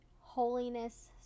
holiness